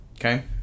Okay